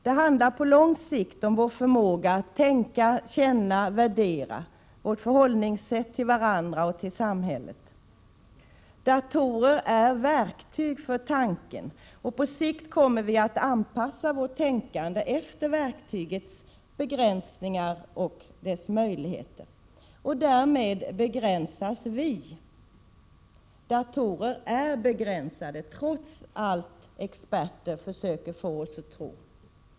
Det handlar på lång sikt om vår förmåga att tänka, känna och värdera, vårt förhållningssätt till varandra och till samhället. Datorn är ett verktyg för tanken, och på sikt kommer vi att anpassa vårt tänkande efter verktygets begränsningar och dess möjligheter, och därmed begränsas vi. Datorer är begränsade, trots allt vad experter försöker få oss att tro.